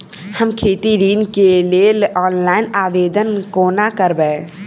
हम खेती ऋण केँ लेल ऑनलाइन आवेदन कोना करबै?